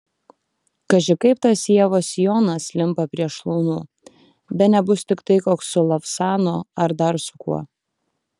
kaži kaip tas ievos sijonas limpa prie šlaunų bene bus tiktai koks su lavsanu ar dar su kuo